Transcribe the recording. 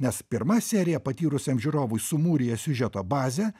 nes pirma serija patyrusiam žiūrovui sumūrija siužeto bazę